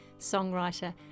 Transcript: songwriter